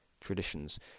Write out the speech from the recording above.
traditions